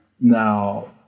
now